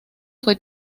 fue